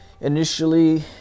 initially